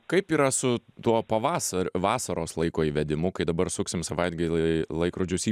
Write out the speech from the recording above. kaip yra su tuo pavasa vasaros laiko įvedimu dabar suksim savaitgalį laikrodžius į